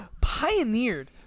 pioneered